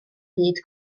hyd